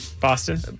Boston